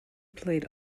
played